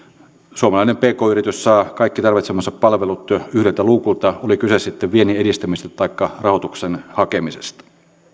suomalainen pk yritys saa kaikki tarvitsemansa palvelut yhdeltä luukulta oli kyse sitten viennin edistämisestä taikka rahoituksen hakemisesta